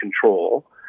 control